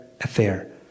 affair